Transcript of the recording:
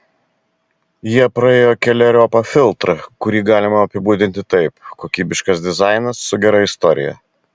jie praėjo keleriopą filtrą kurį galima apibūdinti taip kokybiškas dizainas su gera istorija